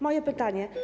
Moje pytanie.